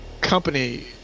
company